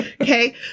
Okay